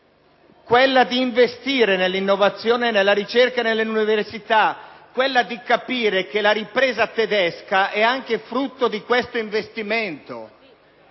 Quella d’investire nell’innovazione, nella ricerca e nelle universita; quella di capire che la ripresa tedesca e anche frutto di questo investimento.